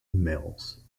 mills